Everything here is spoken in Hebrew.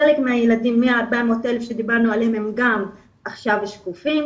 חלק מה-400,000 שדיברנו עליהם גם עכשיו שקופים,